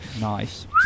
nice